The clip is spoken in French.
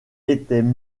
étaient